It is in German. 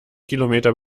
kilometer